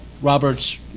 Robert's